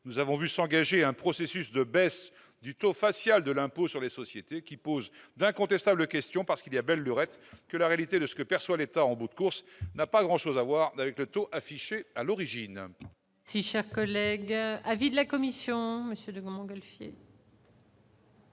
nous avons vu s'engager un processus de baisse du taux facial de l'impôt sur les sociétés qui pose d'incontestables questions. En effet, il y a belle lurette que la réalité de ce que perçoit l'État en bout de course n'a pas grand-chose à voir avec le taux affiché à l'origine. Quel est l'avis de la commission ? Quand nous